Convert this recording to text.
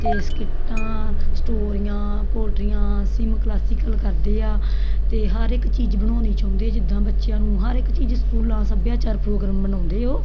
ਅਤੇ ਸਕਿੱਟਾਂ ਸਟੋਰੀਆਂ ਪੋਲਟਰੀਆਂ ਸਿਮ ਕਲਾਸੀਕਲ ਕਰਦੇ ਆ ਉਹ 'ਤੇ ਹਰ ਇੱਕ ਚੀਜ਼ ਬਣਾਉਣੀ ਚਾਹੁੰਦੇ ਜਿੱਦਾਂ ਬੱਚਿਆਂ ਨੂੰ ਹਰ ਇੱਕ ਚੀਜ਼ ਸਕੂਲਾਂ ਸੱਭਿਆਚਾਰ ਪ੍ਰੋਗਰਾਮ ਮਨਾਉਂਦੇ ਉਹ